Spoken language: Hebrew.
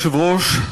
אדוני היושב-ראש,